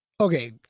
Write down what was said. okay